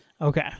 okay